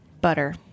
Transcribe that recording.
butter